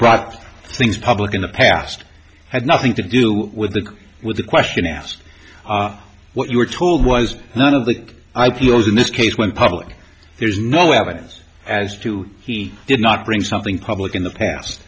brought things public in the past had nothing to do with the with the question asked what you were told was none of the i p o in this case went public there's no evidence as to he did not bring something public in the past